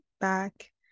back